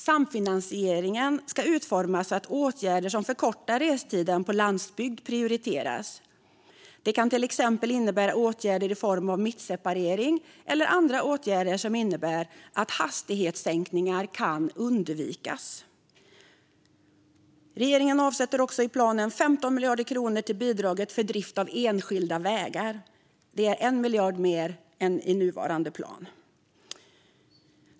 Samfinansieringen ska utformas så att åtgärder som förkortar restiden på landsbygd prioriteras. Det kan till exempel innebära åtgärder i form av mittseparering eller andra åtgärder som innebär att hastighetssänkningar kan undvikas. Regeringen avsätter också i planen 15 miljarder kronor till bidraget för drift av enskilda vägar. Det är 1 miljard mer än i nuvarande plan.